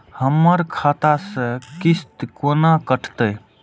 हमर खाता से किस्त कोना कटतै?